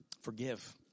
Forgive